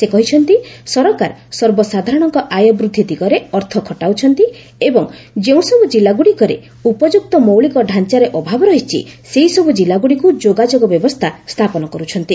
ସେ କହିଛନ୍ତି ସରକାର ସର୍ବସାଧାରଣଙ୍କ ଆୟ ବୃଦ୍ଧି ଦିଗରେ ଅର୍ଥ ଖଟାଉଛନ୍ତି ଓ ଯେଉଁସବୁ ଜିଲ୍ଲାଗୁଡ଼ିକରେ ଉପଯୁକ୍ତ ମୌଳିକ ଡ଼ାଆରେ ଅଭାବ ରହିଛି ସେହିସବୁ ଜିଲ୍ଲାଗୁଡ଼ିକୁ ଯୋଗାଯୋଗ ବ୍ୟବସ୍ଥା ସ୍ଥାପନ କରୁଛନ୍ତି